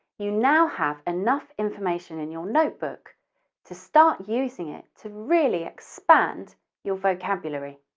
you now have enough information in your notebook to start using it to really expand your vocabulary.